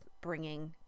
bringing